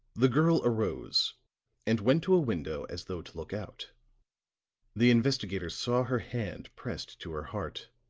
the girl arose and went to a window as though to look out the investigator saw her hand pressed to her heart,